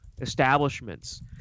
establishments